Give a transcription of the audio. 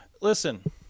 listen